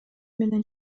менен